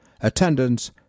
Attendance